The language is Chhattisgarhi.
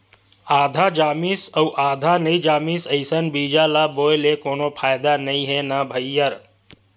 आधा जामिस अउ आधा नइ जामिस अइसन बीजा ल बोए ले कोनो फायदा नइ हे न भईर